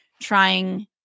trying